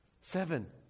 Seven